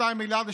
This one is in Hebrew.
והגירעון